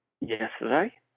yesterday